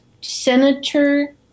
Senator